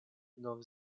nov